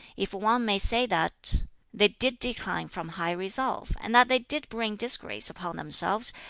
if one may say that they did decline from high resolve, and that they did bring disgrace upon themselves,